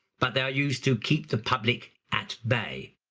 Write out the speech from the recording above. but they are used to keep the public at bay.